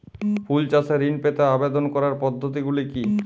ফুল চাষে ঋণ পেতে আবেদন করার পদ্ধতিগুলি কী?